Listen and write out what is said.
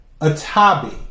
Atabi